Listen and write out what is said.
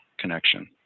connection